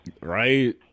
Right